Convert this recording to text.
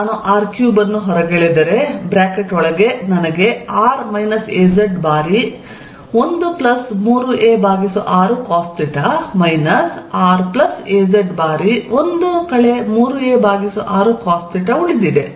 ನಾನು r3 ಅನ್ನು ಹೊರಗೆಳೆದರೆ ಬ್ರಾಕೆಟ್ ಒಳಗೆ ನನಗೆ ಬಾರಿ13arcosθ ಮೈನಸ್ raz ಬಾರಿ 1 3arcosθ ಉಳಿದಿದೆ